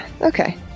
Okay